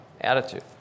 attitude